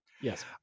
Yes